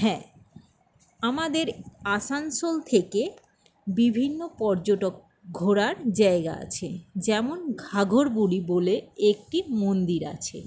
হ্যাঁ আমাদের আসানসোল থেকে বিভিন্ন পর্যটন ঘোরার জায়গা আছে যেমন ঘাগরবুড়ি বলে একটি মন্দির আছে